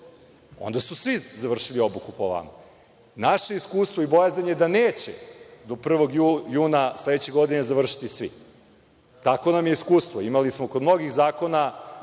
onda su svi završili obuku po vama. Naše iskustvo i bojazan je da neće do 1. juna sledeće godine završiti svi. Takvo nam je iskustvo. Imali smo kod mnogih zakona